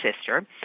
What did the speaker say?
sister